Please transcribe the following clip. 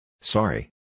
Sorry